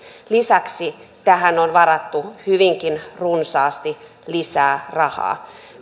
lisäksi tähän on varattu hyvinkin runsaasti lisää rahaa